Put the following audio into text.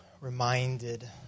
reminded